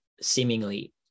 seemingly